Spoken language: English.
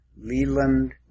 Leland